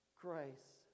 grace